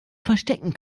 verstecken